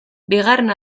bigarren